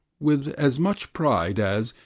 with as much pride as,